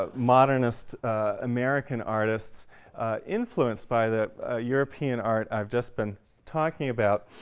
ah modernist american artists influenced by the european art i've just been talking about,